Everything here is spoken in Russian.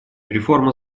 реформа